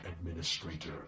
administrator